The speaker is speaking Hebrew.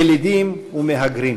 ילידים ומהגרים.